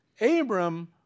Abram